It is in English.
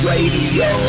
Radio